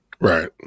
Right